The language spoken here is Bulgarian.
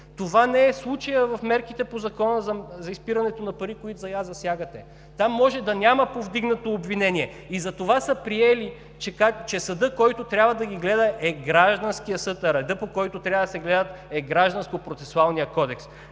Това не е случаят с мерките по Закона срещу изпирането на пари, които сега засягате. Там може да няма повдигнато обвинение и затова са приели, че съдът, който трябва да ги гледа, е гражданският съд, а редът, по който трябва да се гледат, е Гражданско-процесуалният кодекс.